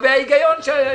היגיון.